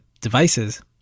devices